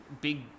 big